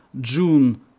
June